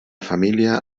família